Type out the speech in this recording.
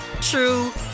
true